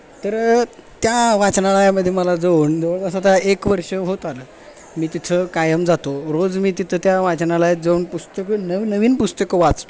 तर त्या वाचनालयामध्ये मला जाऊन जवळपास आता एक वर्ष होत आलं मी तिथं कायम जातो रोज मी तिथं त्या वाचनालयात जाऊन पुस्तकं नवनवीन पुस्तकं वाचतो